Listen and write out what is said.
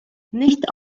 nicht